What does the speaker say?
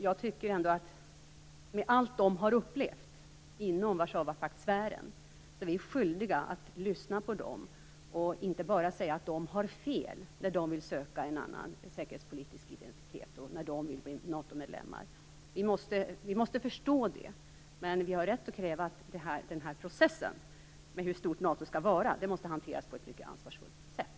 Med tanke på allt de har upplevt inom Warszawapaktssfären tycker jag att vi är skyldiga att lyssna på dem och inte bara säga att de har fel när de vill söka en annan säkerhetspolitisk identitet och när de vill bli NATO-medlemmar. Vi måste förstå det, men vi har rätt att kräva att processen med hur stort NATO skall vara måste hanteras på ett mycket ansvarsfullt sätt.